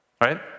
right